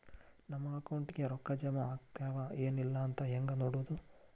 ನಮ್ಮ ಅಕೌಂಟಿಗೆ ರೊಕ್ಕ ಜಮಾ ಆಗ್ಯಾವ ಏನ್ ಇಲ್ಲ ಅಂತ ಹೆಂಗ್ ನೋಡೋದು?